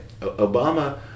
Obama